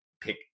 pick